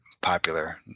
popular